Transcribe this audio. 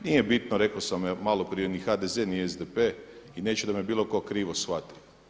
Nije bitno, rekao sam malo prije, ni HDZ ni SDP, i neću da me bilo tko krivo shvati.